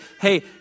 hey